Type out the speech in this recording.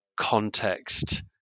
context